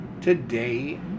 today